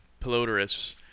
Pelodorus